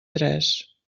tres